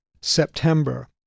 September